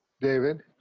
David